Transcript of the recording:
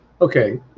Okay